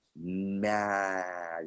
mad